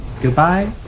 goodbye